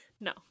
no